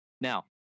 now